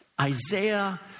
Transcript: Isaiah